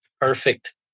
perfect